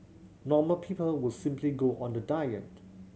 normal people would simply go on the diet